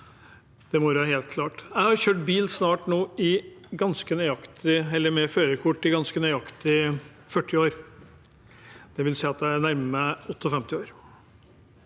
Det må være helt klart. Jeg har kjørt bil med førerkort i ganske nøyaktig 40 år, og det vil si at jeg nærmer meg 58 år.